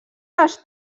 les